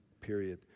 period